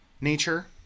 nature